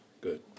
Good